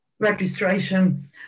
registration